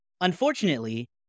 Unfortunately